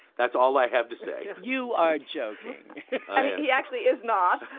that's all i have to say you are joking he actually is not.